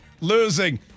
losing